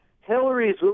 Hillary's